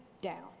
down